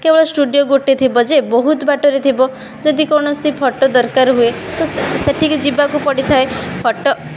କେବଳ ଷ୍ଟୁଡ଼ିଓ ଗୋଟିଏ ଥିବ ଯେ ବହୁତ ବାଟରେ ଥିବ ଯଦି କୌଣସି ଫଟୋ ଦରକାର ହୁଏ ତ ସେଠିକି ଯିବାକୁ ପଡ଼ିଥାଏ ଫଟୋ